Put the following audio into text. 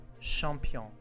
champion